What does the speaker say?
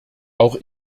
auch